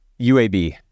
UAB